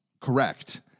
correct